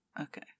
Okay